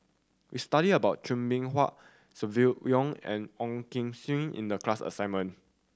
we studied about Chua Beng Huat Silvia Yong and Ong Kim Seng in the class assignment